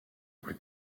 plus